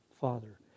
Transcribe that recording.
Father